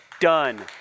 Done